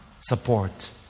support